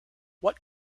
what